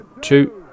two